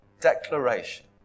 declaration